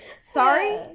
Sorry